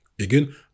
Again